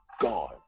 Gone